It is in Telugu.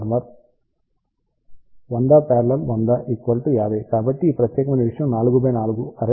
Ω 100 || 100 50 కాబట్టి ఈ ప్రత్యేకమైన విషయం 4 x 4 అర్రే అవుతుంది